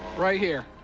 right here.